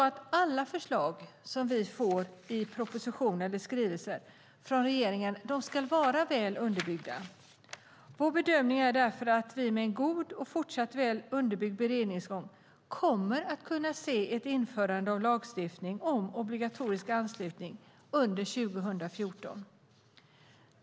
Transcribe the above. Alla förslag som vi får i form av propositioner och skrivelser från regeringen ska vara väl underbyggda. Vår bedömning är därför att vi med en god och fortsatt väl underbyggd beredningsgång kommer att kunna se ett införande av lagstiftning om obligatorisk anslutning till redovisningscentraler under 2014.